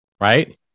right